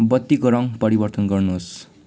बत्तीको रङ परिवर्तन गर्नुहोस्